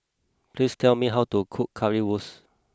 please tell me how to cook Currywurst